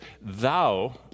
Thou